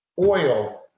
oil